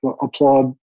applaud